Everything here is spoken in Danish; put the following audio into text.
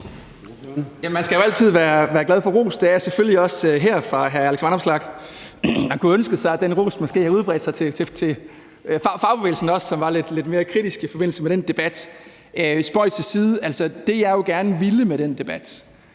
Man skal jo altid være glad for ros. Det er jeg selvfølgelig også her for hr. Alex Vanopslaghs. Man kunne have ønsket sig, at den ros måske også havde bredt sig til fagbevægelsen, som var lidt mere kritisk i forbindelse med den debat. Spøg til side. Altså, det, jeg gerne ville med den debat,